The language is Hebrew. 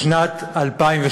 בשנת 2012: